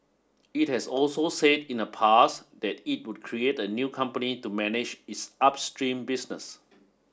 it has also said in the past that it would create a new company to manage its upstream business